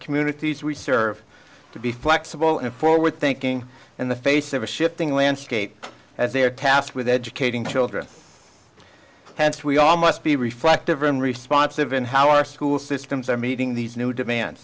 communities we serve to be flexible and forward thinking in the face of a shifting landscape as they are tasked with educating children hence we all must be reflective in response of in how our school systems are meeting these new demand